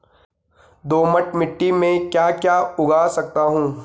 दोमट मिट्टी में म ैं क्या क्या उगा सकता हूँ?